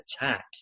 attack